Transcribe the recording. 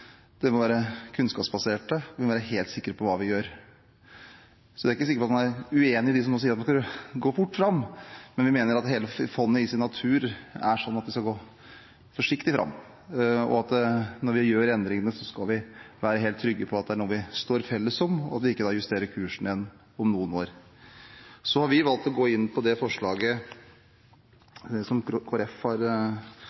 uenig med dem som sier at man skal gå fort fram, men vi mener hele fondet i sin natur er slik at vi skal gå forsiktig fram, og når vi gjør endringene, skal vi være helt trygge på at det er noe vi står felles bak, og at vi ikke må justere kursen igjen om noen år. Så har vi valgt å gå inn på det forslaget